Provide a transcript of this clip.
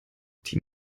die